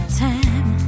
time